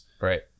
Right